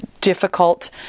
difficult